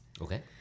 Okay